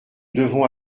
devons